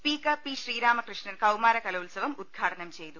speaker P Sreeramakrishnan കൌമാര കലോത്സവം ഉദ്ഘാടനം ചെയ്തു